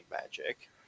Magic